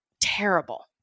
terrible